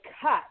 cut